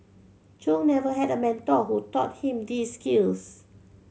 Chung never had a mentor who taught him these skills